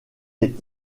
est